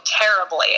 terribly